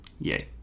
Yay